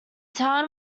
town